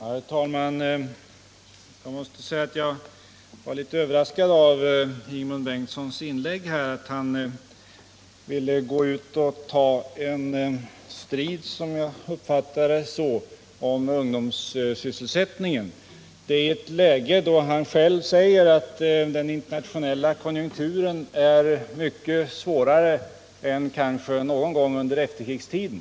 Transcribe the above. Herr talman! Jag måste säga att jag blev litet överraskad när Ingemund Bengtsson i sitt inlägg här som jag uppfattade det tog upp en strid om ungdomssysselsättningen, i ett läge då, som han själv sade, den internationella konjunkturen är sämre än kanske någon gång under efterkrigstiden.